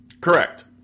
Correct